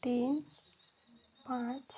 ତିନ ପାଞ୍ଚ